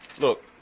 look